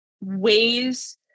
ways